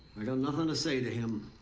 you know nothing to say to him.